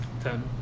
Ten